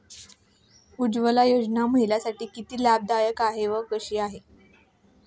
उज्ज्वला योजना महिलांसाठी किती लाभदायी आहे व कशी?